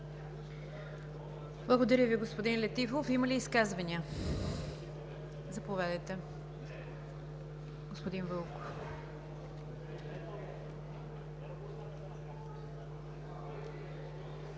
Благодаря Ви, господин Летифов. Има ли изказвания? Заповядайте, господин Вълков.